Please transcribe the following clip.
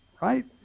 right